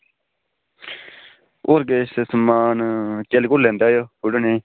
होर केह् समान किल्ल कुल्ल लैंदे आएओ थोह्ड़े नेह्